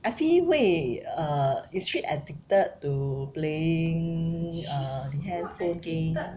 effie 会 err is she addicted to playing uh handphone games